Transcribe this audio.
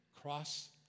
cross